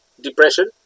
depression